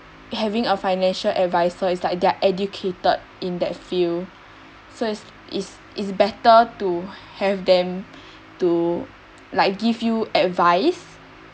having a financial adviser is like they're educated in that field so is is is better to have them to like give you advice